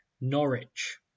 norwich